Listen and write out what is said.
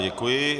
Děkuji.